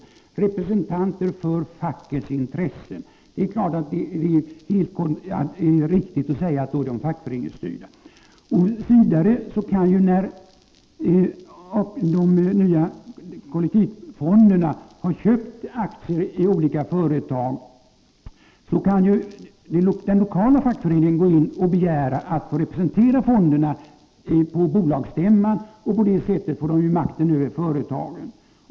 Lennart Nilsson talade om representanter för löntagarnas intressen, men naturligtvis betyder det att fonderna är fackföreningsstyrda. När kollektivfonderna har köpt aktier i olika företag kan dessutom den lokala fackföreningen gå in och begära att få representera fonderna på bolagsstämmorna. På det sättet får de ju makten över företagen.